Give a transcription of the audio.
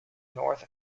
north